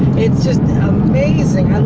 it's just amazing!